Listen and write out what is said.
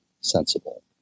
sensible